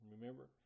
Remember